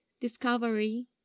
discovery